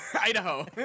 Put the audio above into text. Idaho